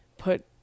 put